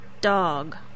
dog